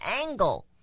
angle